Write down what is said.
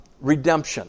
redemption